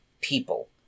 people